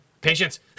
Patience